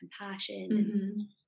compassion